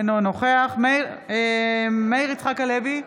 אינו נוכח מאיר יצחק הלוי,